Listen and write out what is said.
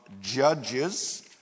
Judges